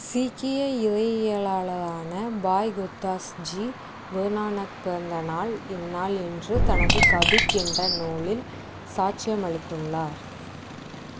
சீக்கிய இறையியலாளரான பாய் குர்தாஸ் ஜி குருநானக் பிறந்தநாள் இந்நாள் என்று தனது கபிட் என்ற நூலில் சாட்சியமளித்துள்ளார்